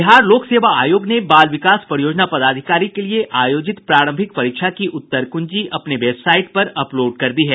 बिहार लोक सेवा आयोग ने बाल विकास परियोजना पदाधिकारी के लिये आयोजित प्रारंभिक परीक्षा की उत्तर कुंजी अपने वेबसाईट पर अपलोड कर दी है